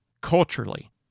culturally